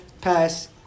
pass